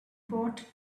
bought